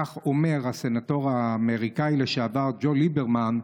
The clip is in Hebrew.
כך אומר הסנטור האמריקני לשעבר ג'ו ליברמן,